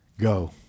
go